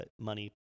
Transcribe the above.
money